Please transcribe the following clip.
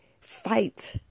fight